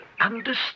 understand